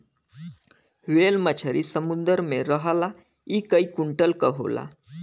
whale मछरी समुंदर में रहला इ कई कुंटल क होला